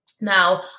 Now